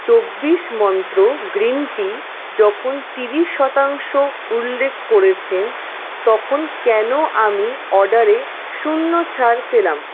চব্বিশ মন্ত্র গ্রীন টি যখন ত্রিশ শতাংশ উল্লেখ করেছেন তখন কেন আমি অর্ডারে শূন্য ছাড় পেলাম